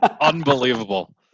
unbelievable